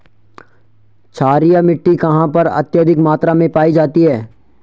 क्षारीय मिट्टी कहां पर अत्यधिक मात्रा में पाई जाती है?